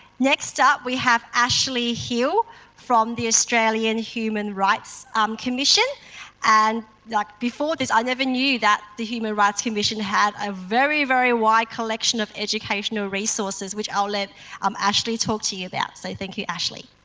next up we have ashley hill from the australian human rights um commission and like before this i never knew that the human rights commission had a very, very wide collection of educational resources which i'll let um ashley talk to you about. so, thank you ashley.